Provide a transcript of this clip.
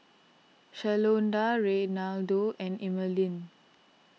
Shalonda Reynaldo and Emaline